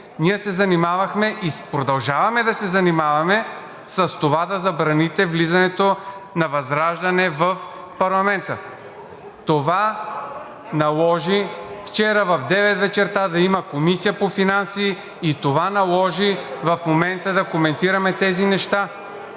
ние се занимавахме и продължаваме да се занимаваме с това да забраните влизането на ВЪЗРАЖДАНЕ в парламента. Това наложи вчера в 9,00 вечерта да има Комисия по финанси и това наложи в момента да коментираме тези неща.